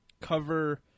cover